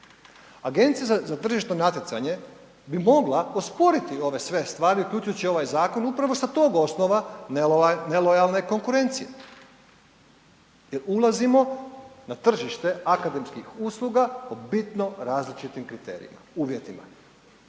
Agencija za tržišno natjecanje bi mogla osporiti ove sve stvari, uključujući i ovaj zakon upravo sa tog osnova nelojalne konkurencije jer ulazimo na tržište akademskih usluga po bitno različitim kriterijima, uvjetima